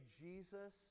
Jesus